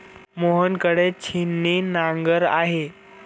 मोहन कडे छिन्नी नांगर आहे